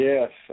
Yes